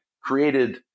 created